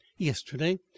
yesterday